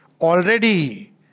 Already